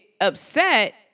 upset